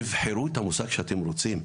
תבחרו איזה מושג שאתם רוצים,